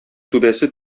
түбәсе